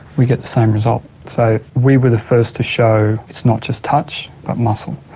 we get the same result. so we were the first to show it's not just touch but muscle.